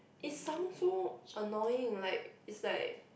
it sound so annoying like is like